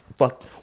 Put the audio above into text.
fuck